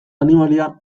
animalia